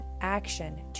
action